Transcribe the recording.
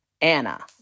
Anna